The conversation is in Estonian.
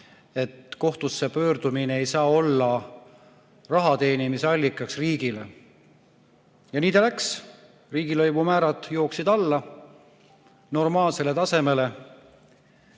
et kohtusse pöördumine ei saa olla rahateenimise allikaks riigile. Ja nii ta läks, riigilõivumäärad jooksid alla, normaalsele tasemele